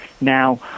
now